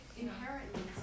inherently